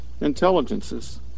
intelligences